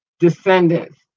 descendants